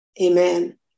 Amen